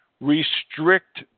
restrict